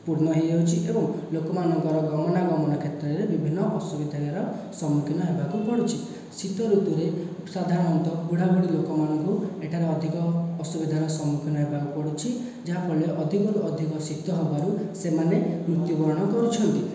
ପୂର୍ଣ୍ଣ ହୋଇଯାଉଛି ଏବଂ ଲୋକମାନଙ୍କର ଗମନା ଗମନ କ୍ଷେତ୍ରରେ ବିଭିନ୍ନ ଅସୁବିଧାର ସମ୍ମୁଖୀନ ହେବାକୁ ପଡ଼ୁଛି ଶୀତ ଋତୁରେ ସାଧାରଣତଃ ବୁଢ଼ା ବୁଢ଼ୀ ଲୋକ ମାନଙ୍କୁ ଏଠାରେ ଅଧିକ ଅସୁବିଧାର ସମ୍ମୁଖୀନ ହେବାକୁ ପଡ଼ୁଛି ଯାହା ଫଳରେ ଅଧିକରୁ ଅଧିକ ଶୀତ ହେବାରୁ ସେମାନେ ମୃତ୍ୟୁବରଣ କରୁଛନ୍ତି